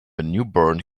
newborn